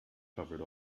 covered